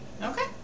Okay